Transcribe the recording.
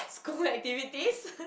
school activities